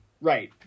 right